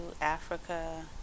Africa